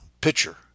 pitcher